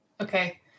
Okay